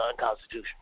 unconstitutional